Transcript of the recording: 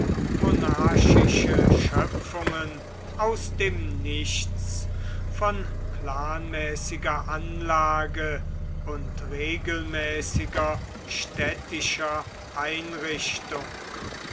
monarchische schöpfungen aus dem nichts von planmäßiger anlage und regelmäßiger städtischer einrichtung